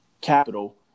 capital